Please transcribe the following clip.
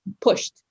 pushed